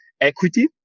equity